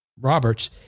Roberts